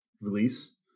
release